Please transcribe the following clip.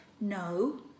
No